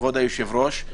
כבוד היושב-ראש,